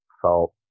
felt